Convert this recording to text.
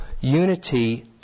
Unity